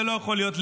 זה לא יכול להיות.